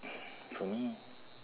for me